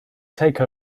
take